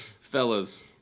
Fellas